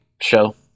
show